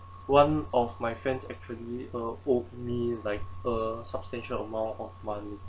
one of my friends actually uh owe me like a substantial amount of money